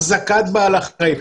החזקת בעלי החיים.